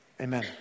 Amen